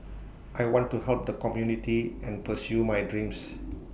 I want to help the community and pursue my dreams